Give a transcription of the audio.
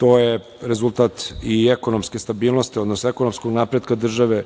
To je rezultat i ekonomske stabilnosti, odnosno ekonomskog napretka države.